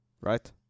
Right